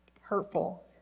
hurtful